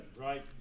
Right